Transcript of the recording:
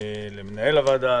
למנהל הוועדה,